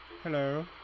Hello